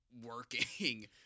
working